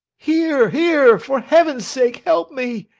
here, here! for heaven's sake, help me!